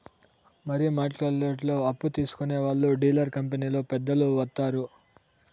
money మార్కెట్లో అప్పు తీసుకునే వాళ్లు డీలర్ కంపెనీలో పెద్దలు వత్తారు